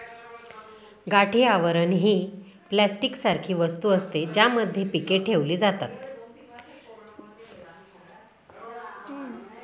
गाठी आवरण ही प्लास्टिक सारखी वस्तू असते, ज्यामध्ये पीके ठेवली जातात